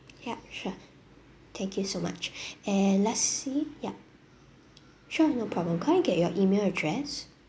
yup sure thank you so much and let's see yup sure no problem could I get your email address